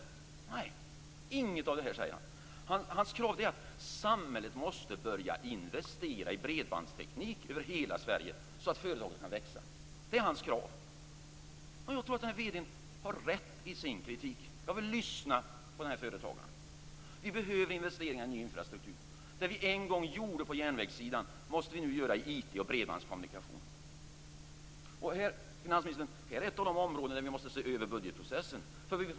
Nej, han talar inte om något av det. Hans krav är att samhället måste börja investera i bredbandsteknik över hela Sverige, så att företagen kan växa. Det är hans krav. Jag tror att denna vd har rätt i sin kritik. Jag vill lyssna på denna företagare. Vi behöver investeringar i ny infrastruktur. Det vi en gång gjorde på järnvägssidan måste vi nu göra i IT och bredbandskommunikation. Detta är ett av de områden där vi måste se över budgetprocessen, finansministern.